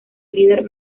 líder